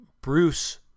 Bruce